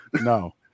No